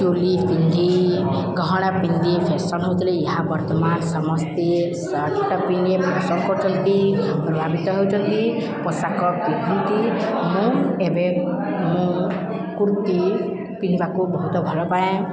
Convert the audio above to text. ଚୁଲି ପିନ୍ଧି ଗହଣା ପିନ୍ଧି ଫ୍ୟାସନ ହଉଥିଲେ ଏହା ବର୍ତ୍ତମାନ ସମସ୍ତେ ସାର୍ଟଟା ପିନ୍ଧେ ପସନ୍ଦ କରୁଛନ୍ତି ପ୍ରଭାବିତ ହେଉଛନ୍ତି ପୋଷାକ ପିନ୍ଧନ୍ତି ମୁଁ ଏବେ ମୁଁ କୁର୍ତ୍ତୀ ପିନ୍ଧିବାକୁ ବହୁତ ଭଲ ପାାଏ